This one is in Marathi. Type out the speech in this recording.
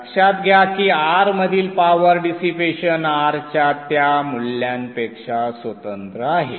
लक्षात घ्या की R मधील पॉवर डिसिपेशन R च्या त्या मूल्यापेक्षा स्वतंत्र आहे